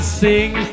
sing